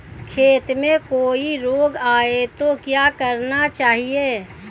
खेत में कोई रोग आये तो क्या करना चाहिए?